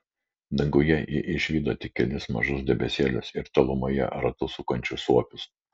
danguje ji išvydo tik kelis mažus debesėlius ir tolumoje ratu sukančius suopius